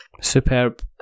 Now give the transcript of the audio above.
Superb